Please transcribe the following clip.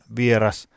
vieras